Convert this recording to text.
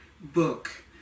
book